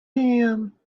him